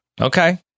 Okay